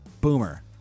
Boomer